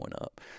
up